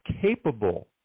capable